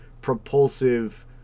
Propulsive